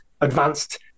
advanced